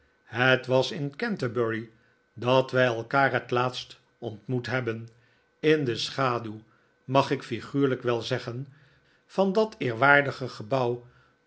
het was in canterbury dat wij elkaar het laatst ontmoet hebben in de schaduw mag ik figuurlijk wel zeggen van dat eerwaardige gebotiw